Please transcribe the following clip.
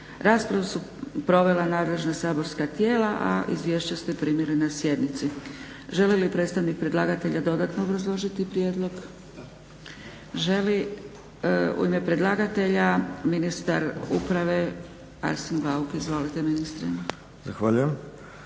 Raspravu su provela nadležna saborska tijela, a izvješća ste primili na sjednici. Želi li predstavnik predlagatelja dodatno obrazložiti prijedlog? Želi. U ime predlagatelja ministar uprave Arsen Bauk. Izvolite ministre. **Bauk,